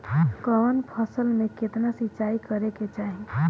कवन फसल में केतना सिंचाई करेके चाही?